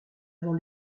avant